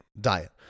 diet